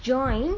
joined